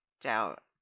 doubt